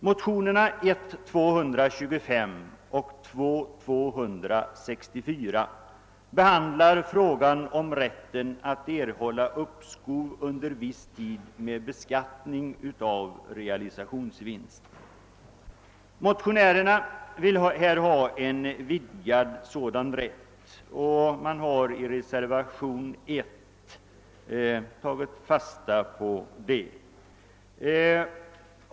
Motionerna I: 225 och II: 264 avser rätten att erhålla uppskov under viss tid med beskattning av realisationsvinst. Motionärerna vill ha en vidgad sådan rätt, vilket man tagit fasta på i reservationen 1.